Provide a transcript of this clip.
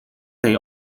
they